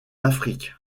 afrique